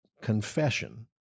confession